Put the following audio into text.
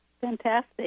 Fantastic